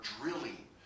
drilling